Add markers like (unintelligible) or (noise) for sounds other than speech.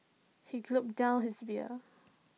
he (unintelligible) down his beer